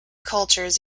cultures